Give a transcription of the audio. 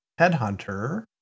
headhunter